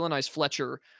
Fletcher